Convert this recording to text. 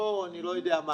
אני לא יודע מה,